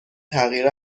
تغییر